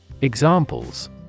Examples